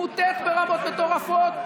מוטה ברמות מטורפות,